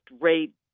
rate